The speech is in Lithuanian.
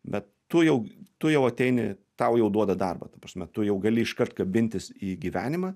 bet tu jau tu jau ateini tau jau duoda darbą ta prasme tu jau gali iškart kabintis į gyvenimą